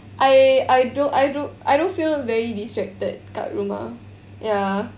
I I don't I don't I don't feel very distracted kat rumah